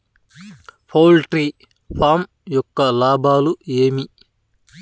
poultry farm యొక్క లాభాలు ఏమి